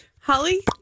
Holly